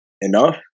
enough